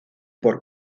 por